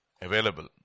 available